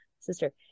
sister